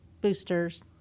boosters